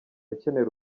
ukenera